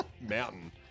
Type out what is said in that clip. mountain